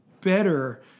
better